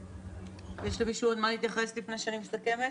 האם מישהו רוצה עוד להתייחס לפני שאני מסכמת?